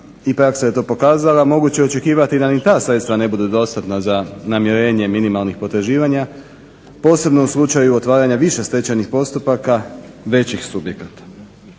i praksa je to pokazala da je moguće očekivati da ni ta sredstva ne budu dostatna za namirenje minimalnih potraživanja posebno u slučaju otvaranja više stečajnih postupaka većih subjekata.